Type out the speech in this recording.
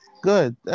Good